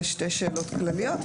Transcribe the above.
זה שתי שאלות כלליות.